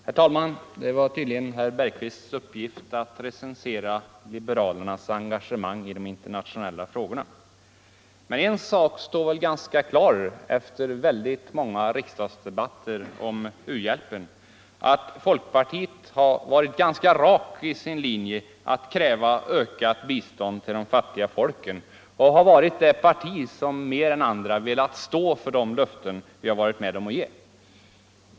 Herr talman! Det är tydligen herr Bergqvists uppgift att recensera liberalernas engagemang i de internationella frågorna. Men en sak står väl ganska klar efter många riksdagsdebatter om u-hjälpen: att folkpartiet har varit rakt i sin linje att kräva ökat bistånd till de fattiga folken och 93 har varit det parti som mer än andra velat stå för de löften partiet varit med om att ge.